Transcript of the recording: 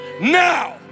now